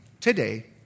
today